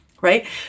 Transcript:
right